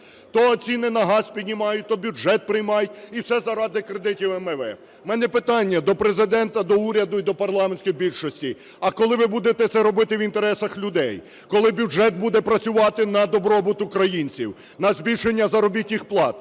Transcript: То ціни на газ піднімають, то бюджет приймають – і все заради кредитів МВФ. В мене питання до Президента, до уряду і парламентської більшості. А коли ви будете це робити в інтересах людей? Коли бюджет буде працювати на добробут українців, на збільшення заробітних плат,